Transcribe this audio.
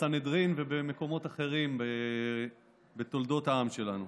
אבותינו בסנהדרין ובמקומות אחרים בתולדות העם שלנו.